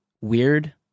weird